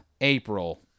April